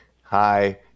Hi